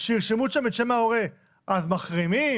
שירשמו שם את שם ההורה אז מחרימים?